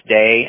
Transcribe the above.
day